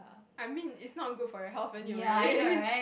I mean it's not good for your health anyways